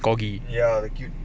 corgi